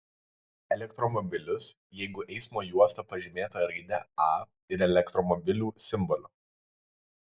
elektromobilius jeigu eismo juosta pažymėta raide a ir elektromobilių simboliu